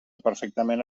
perfectament